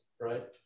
right